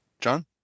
John